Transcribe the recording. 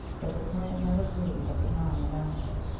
but the plant never grew that could harm the master,